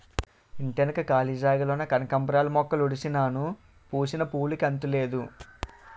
ఇంటెనక కాళీ జాగాలోన కనకాంబరాలు మొక్కలుడిసినాను పూసిన పువ్వులుకి అంతులేదు